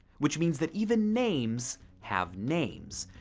which means that even names have names.